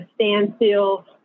standstill